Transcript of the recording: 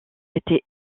été